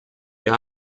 wir